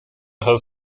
has